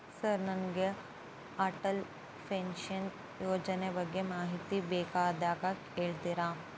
Sir ನನಗೆ Atal pension ಯೋಜನೆ ಬಗ್ಗೆ ಮಾಹಿತಿ ಬೇಕಾಗ್ಯದ ಹೇಳ್ತೇರಾ?